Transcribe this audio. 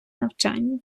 навчання